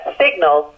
signal